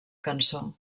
cançó